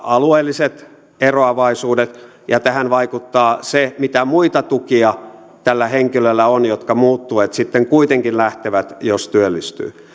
alueelliset eroavaisuudet ja tähän vaikuttaa se mitä muita tukia tällä henkilöllä on jotka muut tuet sitten kuitenkin lähtevät jos työllistyy